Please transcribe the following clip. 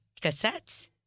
cassettes